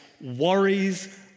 worries